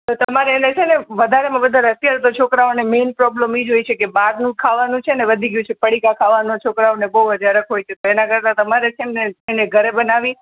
તો તમારે એને છે ને વધારેમાં વધારે અત્યારે તો છોકરાઓને મેઈન પ્રોબ્લેમ એ જ હોય છે કે બહારનું ખાવાનું વધી ગયું છે પડીકા ખાવાનું છોકરાઓને બહું વધારે હોય છે તો એના કરતાં તમારે છે ને એને ઘરે બનાવી